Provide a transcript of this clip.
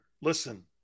listen